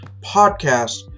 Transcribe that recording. podcast